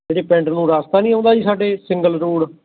ਜਿਹੜੇ ਪਿੰਡ ਨੂੰ ਰਾਸਤਾ ਨਹੀਂ ਆਉਂਦਾ ਜੀ ਸਾਡੇ ਸਿੰਗਲ ਰੋਡ